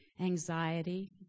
anxiety